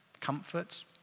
Comfort